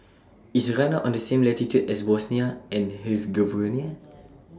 IS Ghana on The same latitude as Bosnia and Herzegovina